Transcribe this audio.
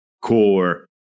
core